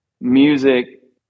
music